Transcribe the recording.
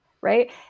right